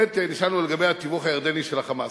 נשאלנו לגבי התיווך הירדני וה"חמאס".